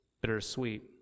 bittersweet